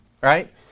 Right